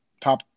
top